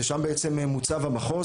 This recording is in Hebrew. ושם בעצם מוצב המחוז.